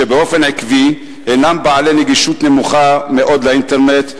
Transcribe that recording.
שבאופן עקבי הינם בעלי גישה נמוכה מאוד לאינטרנט,